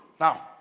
Now